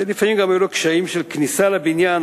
לפעמים היו לו קשיים של כניסה לבניין,